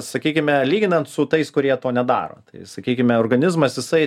sakykime lyginant su tais kurie to nedaro tai sakykime organizmas jisai